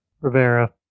Rivera